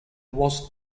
was